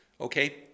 Okay